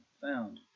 found